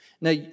Now